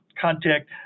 contact